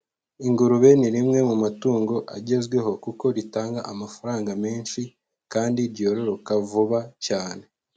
Ingurube ni rimwe mu matungo agezweho kuko ritanga amafaranga menshi kandi byororoka vuba cyane.